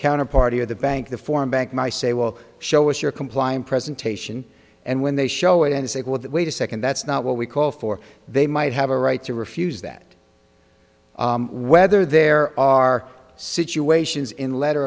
counterparty or the bank the foreign bank my say will show us your complying presentation and when they show up and say well that wait a second that's not what we call for they might have a right to refuse that whether there are situations in letter